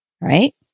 right